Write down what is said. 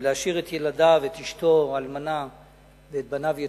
ולהשאיר את ילדיו, את אשתו אלמנה ואת בניו יתומים,